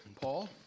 Paul